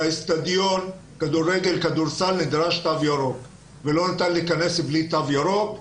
לאצטדיון הכדורגל והכדורסל נדרש תו ירוק ולא ניתן להיכנס בלי תו ירוק.